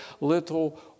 little